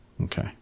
Okay